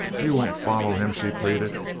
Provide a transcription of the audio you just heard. you won't follow him? she pleaded.